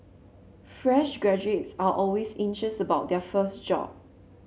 fresh graduates are always anxious about their first job